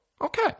okay